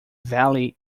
valley